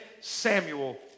Samuel